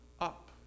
up